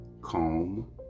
calm